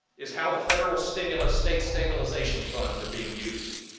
is how the federal stimulus state stabilization funds are being used.